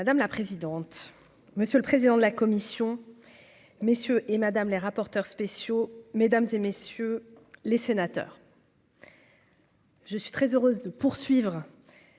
Madame la présidente, monsieur le président de la commission, messieurs et Madame, les rapporteurs spéciaux mesdames et messieurs les sénateurs. Je suis très heureuse de poursuivre